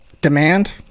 demand